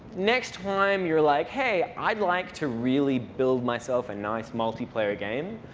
next time you're like, hey, i'd like to really build myself a nice multiplayer game,